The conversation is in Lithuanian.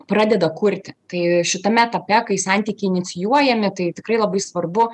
pradeda kurti tai šitame etape kai santykiai inicijuojami tai tikrai labai svarbu